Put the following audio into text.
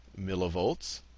millivolts